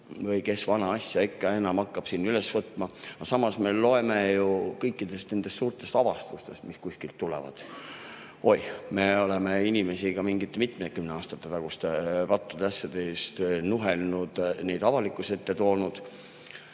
või kes vana asja ikka enam hakkab siin üles võtma, aga samas me loeme ju kõikidest nendest suurtest avastustest, mis kuskilt tulevad. Oi, me oleme inimesi ka mingite mitmekümne aasta taguste pattude ja asjade eest nuhelnud, neid avalikkuse ette toonud.